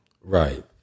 Right